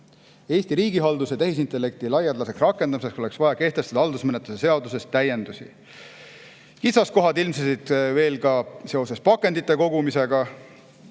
Eesti riigihalduses tehisintellekti laialdaseks rakendamiseks oleks vaja täiendada haldusmenetluse seadust. Kitsaskohad ilmnesid veel ka seoses pakendite kogumisega,